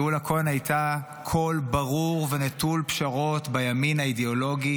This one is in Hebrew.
גאולה כהן הייתה קול ברור בימין האידיאולוגי